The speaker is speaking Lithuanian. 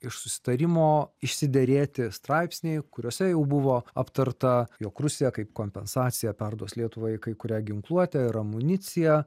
iš susitarimo išsiderėti straipsniai kuriuose jau buvo aptarta jog rusija kaip kompensaciją perduos lietuvai kai kurią ginkluotę ir amuniciją